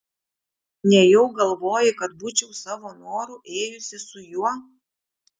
nejau galvoji kad būčiau savo noru ėjusi su juo